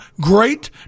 great